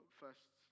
first